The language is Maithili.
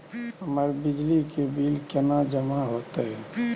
हमर बिजली के बिल केना जमा होते?